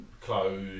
clothes